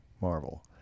Marvel